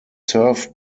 served